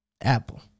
apple